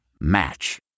Match